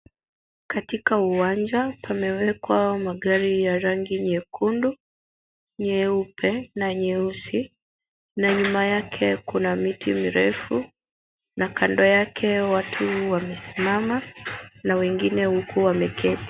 Katika uwanja pamewekwa magari ya rangi nyekundu, nyeupe na nyeusi na nyuma yake kuna miti mirefu na kando yake watu wamesimama na wengine huku wameketi.